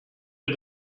wir